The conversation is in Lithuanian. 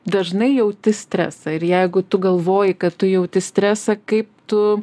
dažnai jauti stresą ir jeigu tu galvoji kad tu jauti stresą kaip tu